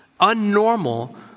unnormal